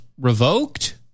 revoked